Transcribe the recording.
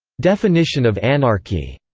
definition of anarchy.